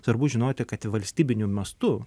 svarbu žinoti kad valstybiniu mastu